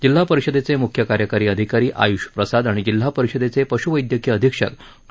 जिल्हा परिषदेचे मृख्य कार्यकारी अधिकारी आय्ष प्रसाद आणि जिल्हा परिषदेचे पश्वैद्यकीय अधीक्षक डॉ